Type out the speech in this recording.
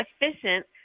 efficient